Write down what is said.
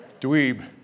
Dweeb